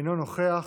אינו נוכח.